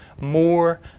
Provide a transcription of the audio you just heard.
more